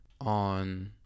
on